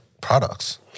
products